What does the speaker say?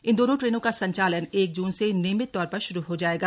इन दोनों ट्रेनों का संचालन एक जून से नियमित तौर पर श्रू हो जाएगा